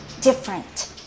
different